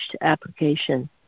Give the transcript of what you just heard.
application